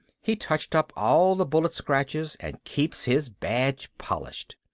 he touched up all the bullet scratches and keeps his badge polished.